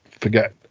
forget